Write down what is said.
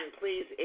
please